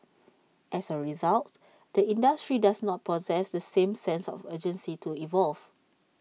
as A result the industry does not possess the same sense of urgency to evolve